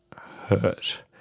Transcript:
hurt